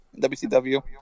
WCW